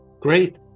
Great